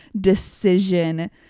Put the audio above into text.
decision